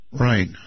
Right